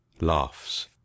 laughs